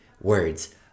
words